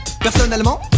Personnellement